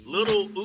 Little